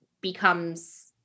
becomes